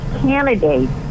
candidates